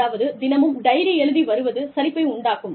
அதாவது தினமும் டைரி எழுதி வருவது சலிப்பை உண்டாக்கும்